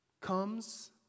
comes